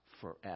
forever